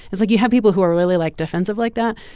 it's like you have people who are really like defensive like that.